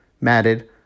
matted